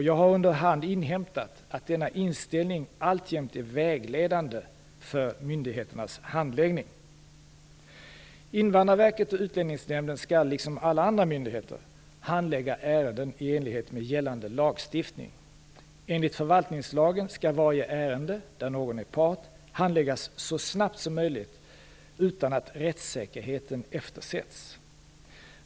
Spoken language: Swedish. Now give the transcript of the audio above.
Jag har under hand inhämtat att denna inställning alltjämt är vägledande för myndigheternas handläggning. Invandrarverket och Utlänningsnämnden skall liksom alla andra myndigheter handlägga ärenden i enlighet med gällande lagstiftning. Enligt förvaltningslagen skall varje ärende, där någon är part, handläggas så snabbt som möjligt utan att rättssäkerheten eftersätts.